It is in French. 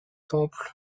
temple